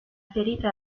ferita